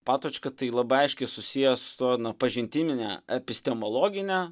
patočka tai labai aiškiai susieja su na pažintinine epistemologine